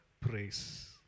praise